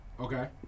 Okay